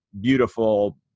beautiful